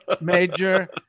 major